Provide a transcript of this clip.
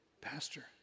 Pastor